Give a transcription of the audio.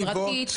חברתית,